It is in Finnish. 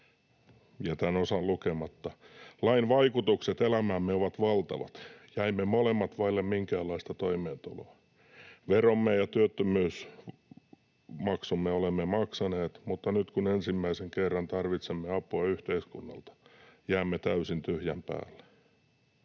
Jätän osan lukematta. ”Lain vaikutukset elämäämme ovat valtavat. Jäimme molemmat vaille minkäänlaista toimeentuloa. Veromme ja työttömyysmaksumme olemme maksaneet, mutta nyt kun ensimmäisen kerran tarvitsemme apua yhteiskunnalta, jäämme täysin tyhjän päälle.